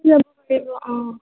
অঁ